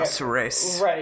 right